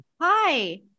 Hi